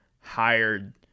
hired